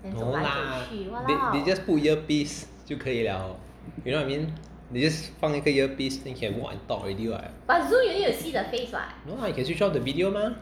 no lah they they just put earpiece 就可以 liao you know what I mean they just 放一个 earpiece then can walk and talk already what no lah you can switch off the video mah